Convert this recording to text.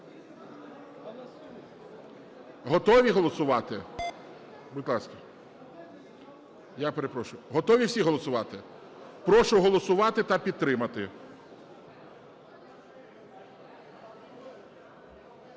Готові голосувати? Будь ласка. Я перепрошую, готові всі голосувати? Прошу голосувати та підтримати.